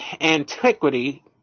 antiquity